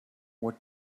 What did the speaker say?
what